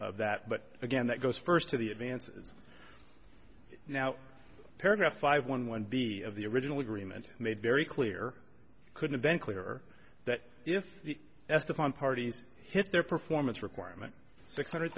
of that but again that goes first to the advances now paragraph five one one b of the original agreement made very clear couldn't then clear that if the estefan parties hit their performance requirement six hundred